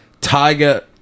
Tiger